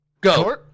Go